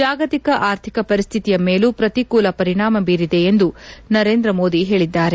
ಜಾಗತಿಕ ಆರ್ಥಿಕ ಪರಿಸ್ಥಿತಿಯ ಮೇಲೂ ಪ್ರತಿಕೂಲ ಪರಿಣಾಮ ಬೀರಿದೆ ಎಂದು ನರೇಂದ್ರ ಮೋದಿ ಹೇಳಿದ್ದಾರೆ